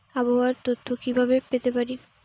আবহাওয়ার তথ্য কি কি ভাবে পেতে পারি?